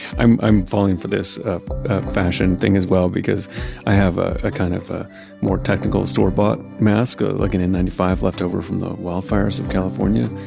i'm i'm falling for this fashion thing as well because i have a kind of a more technical store-bought mask ah like an n nine five, leftover from the wildfires of california.